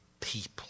people